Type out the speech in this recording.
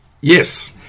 Yes